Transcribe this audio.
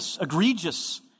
egregious